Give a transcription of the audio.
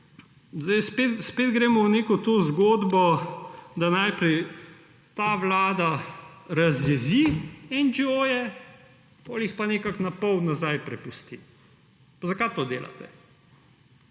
Spet gremo v zgodbo, da najprej ta vlada razjezi NGO-je, potem jih pa nekako napol nazaj pripusti. Zakaj to delate?